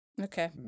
okay